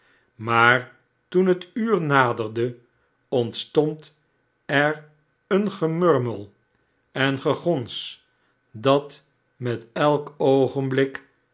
maar toen het uur naderde r ontstond er een gemurmel en gegons dat met elk oogenblik